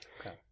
Okay